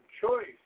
choice